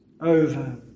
over